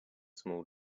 small